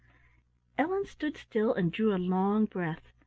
ellen stood still and drew a long breath.